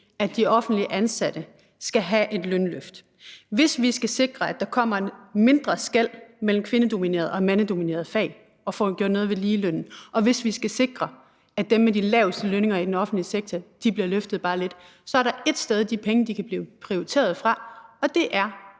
at de offentligt ansatte skal have et lønløft; hvis vi skal sikre, at der kommer et mindre skel mellem kvindedominerede og mandsdominerede fag og få gjort noget ved uligelønnen; og hvis vi skal sikre, at dem, med de laveste lønninger i den offentlige sektor bliver løftet bare lidt, så er der ét sted, de penge kan blive prioriteret fra, og det er